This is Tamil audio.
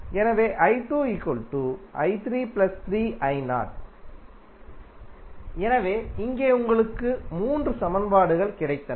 எனவே எனவே இங்கே உங்களுக்கு மூன்று சமன்பாடுகள் கிடைத்தன